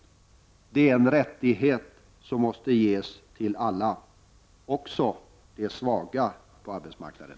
Arbete är en rättighet som måste gälla alla, också de svaga på arbetsmarknaden.